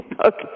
Okay